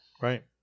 Right